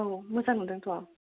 औ मोजां नुदोंथ'